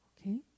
Okay